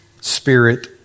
spirit